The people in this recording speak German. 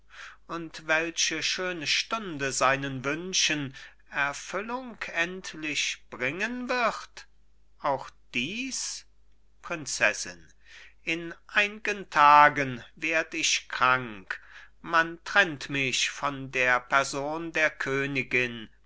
und welche schöne stunde seinen wünschen erfüllung endlich bringen wird auch dies prinzessin in eingen tagen werd ich krank man trennt mich von der person der königin